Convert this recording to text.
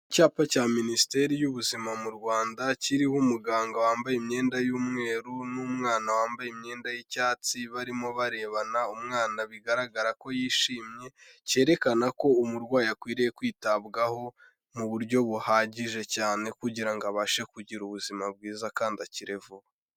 Icyapa cya Minisiteri y'Ubuzima mu Rwanda kiriho umuganga wambaye imyenda y'umweru n'umwana wambaye imyenda y'icyatsi barimo barebana, umwana bigaragara ko yishimye, cyerekana ko umurwayi akwiriye kwitabwaho mu buryo buhagije cyane kugira ngo abashe kugira ubuzima bwiza kandi akire vuba.